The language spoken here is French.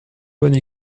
bonne